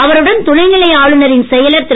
அவருடன் துணைநிலை ஆளுநரின் செயலர் திரு